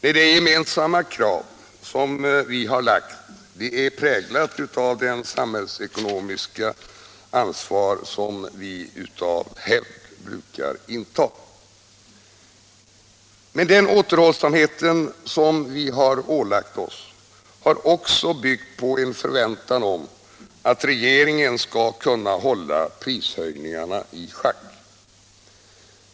Nej, det gemensamma krav som vi har presenterat är präglat av det samhällsekonomiska ansvar vi av hävd brukar ta. Den återhållsamhet vi ålagt oss har också byggt på en förväntan om att regeringen skall kunna hålla prishöjningarna i schack.